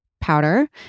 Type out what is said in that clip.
powder